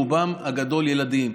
רובם הגדול ילדים.